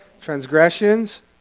Transgressions